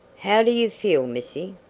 how do you feel, missy?